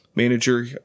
manager